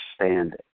understanding